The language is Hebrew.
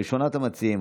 ראשונת המציעים,